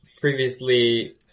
previously